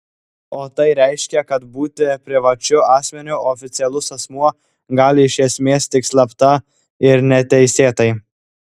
o tai reiškia kad būti privačiu asmeniu oficialus asmuo gali iš esmės tik slapta ir neteisėtai